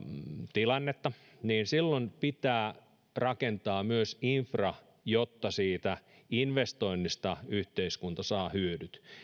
tilannetta niin silloin pitää rakentaa myös infra jotta siitä investoinnista yhteiskunta saa hyödyt